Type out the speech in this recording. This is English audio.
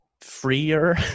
freer